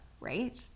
right